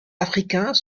africains